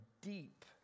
deep